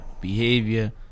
Behavior